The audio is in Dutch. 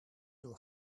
door